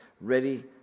ready